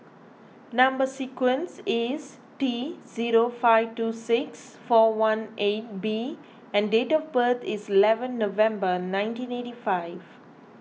Number Sequence is T zero five two six four one eight B and date of birth is eleven November nineteen eighty five